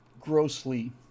grossly